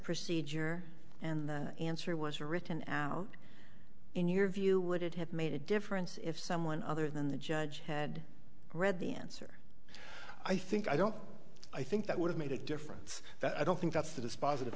procedure and the answer was written as out in your view would it have made a difference if someone other than the judge had read the answer i think i don't i think that would have made a difference that i don't think that's the dispositive